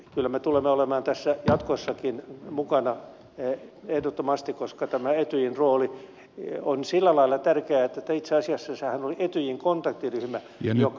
kyllä me tulemme olemaan tässä jatkossakin mukana ehdottomasti koska tämä etyjin rooli on sillä lailla tärkeä että itse asiassa sehän on etyjin kontaktiryhmä joka